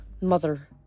Mother